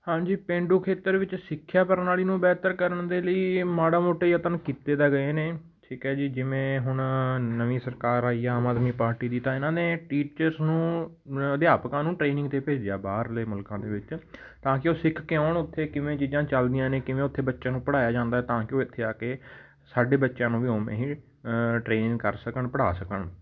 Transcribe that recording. ਹਾਂਜੀ ਪੇਂਡੂ ਖੇਤਰ ਵਿੱਚ ਸਿੱਖਿਆ ਪ੍ਰਣਾਲੀ ਨੂੰ ਬਿਹਤਰ ਕਰਨ ਦੇ ਲਈ ਏ ਮਾੜਾ ਮੋਟਾ ਯਤਨ ਕੀਤੇ ਤਾਂ ਗਏ ਨੇ ਠੀਕ ਹੈ ਜੀ ਜਿਵੇਂ ਹੁਣ ਨਵੀਂ ਸਰਕਾਰ ਆਈ ਆ ਆਮ ਆਦਮੀ ਪਾਰਟੀ ਦੀ ਤਾਂ ਇਹਨਾਂ ਨੇ ਟੀਚਰਸ ਨੂੰ ਅਧਿਆਪਕਾਂ ਨੂੰ ਟ੍ਰੇਨਿੰਗ 'ਤੇ ਭੇਜਿਆ ਬਾਹਰਲੇ ਮੁਲਕਾਂ ਦੇ ਵਿੱਚ ਤਾਂ ਕਿ ਉਹ ਸਿੱਖ ਕੇ ਆਉਣ ਉੱਥੇ ਕਿਵੇਂ ਚੀਜ਼ਾਂ ਚੱਲਦੀਆਂ ਨੇ ਕਿਵੇਂ ਉੱਥੇ ਬੱਚਿਆਂ ਨੂੰ ਪੜ੍ਹਾਇਆ ਜਾਂਦਾ ਤਾਂ ਕਿ ਉਹ ਇੱਥੇ ਆ ਕੇ ਸਾਡੇ ਬੱਚਿਆਂ ਨੂੰ ਵੀ ਉਵੇਂ ਹੀ ਟ੍ਰੇਨ ਕਰ ਸਕਣ ਪੜ੍ਹਾ ਸਕਣ